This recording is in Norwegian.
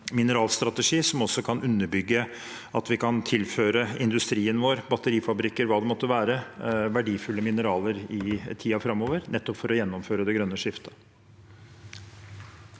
mineralstrategi som kan underbygge at vi kan tilføre industrien vår – batterifabrikker, hva det måtte være – verdifulle mineraler i tiden framover nettopp for å gjennomføre det grønne skiftet.